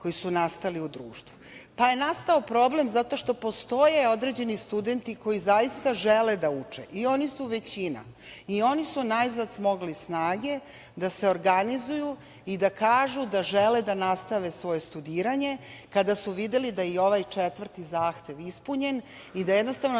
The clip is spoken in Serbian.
koji su nastali u društvu. Pa je nastao problem zato što postoje određeni studenti koji zaista žele da uče i oni su većina i oni su najzad smogli snage da se organizuju i da kažu da žele da nastave svoje studiranje kada su videli da je i ovaj četvrti zahtev ispunjen i da ne postoji